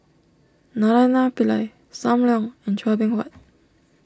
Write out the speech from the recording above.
Naraina Pillai Sam Leong and Chua Beng Huat